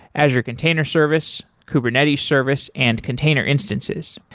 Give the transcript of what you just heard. asher container service, kubernetes service and container instances.